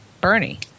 Bernie